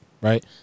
right